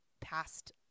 past